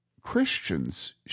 Christians